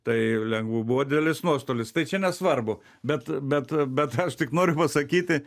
tai lengvų buvo didelis nuostolis tai čia nesvarbu bet bet bet aš tik noriu pasakyti